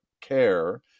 care